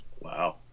Wow